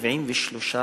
73 פעוטות.